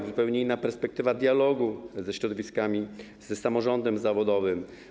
To zupełnie inna perspektywa dialogu ze środowiskami, z samorządem zawodowym.